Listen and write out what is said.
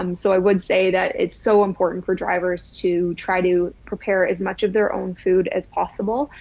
um so i would say that it's so important for drivers to try to prepare as much of their own food as possible,